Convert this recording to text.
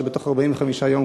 שבתוך 45 יום,